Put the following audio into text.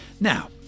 now